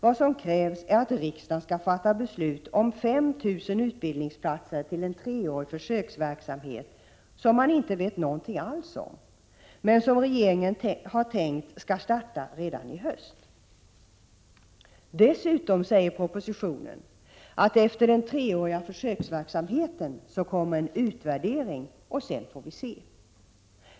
Vad som krävs är att riksdagen skall fatta beslut om 5 000 utbildningsplatser till en treårig försöksverksamhet som man inte vet någonting alls om, men som regeringen tänkt skall starta redan i höst. Dessutom säger propositionen att det efter den treåriga försöksverksamheten kommer en utvärdering och att vi sedan får se.